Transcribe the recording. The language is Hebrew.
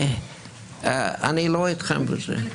אני לא אתכם בזה.